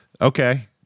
Okay